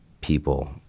people